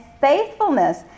faithfulness